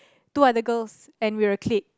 two other girls and we were a clique